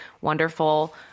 wonderful